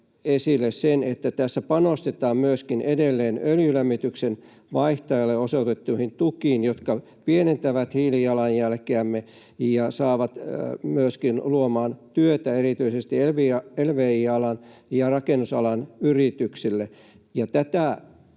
esille sen, että tässä panostetaan edelleen öljylämmityksen vaihtajille osoitettuihin tukiin, jotka pienentävät hiilijalanjälkeämme ja luovat myöskin työtä erityisesti lvi-alan ja rakennusalan yrityksille.